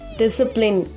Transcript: discipline